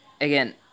again